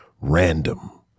random